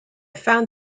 found